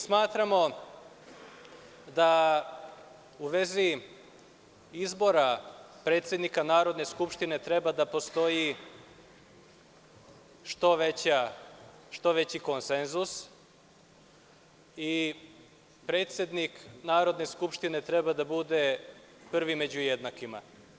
Smatramo da u vezi izbora predsednika Narodne skupštine treba da postoji što veći konsenzus i predsednik Narodne skupštine treba da bude prvi među jednakima.